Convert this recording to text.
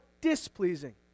displeasing